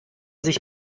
sich